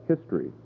history